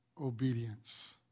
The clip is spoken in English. obedience